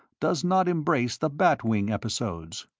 does not embrace the bat wing episodes.